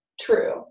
true